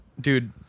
Dude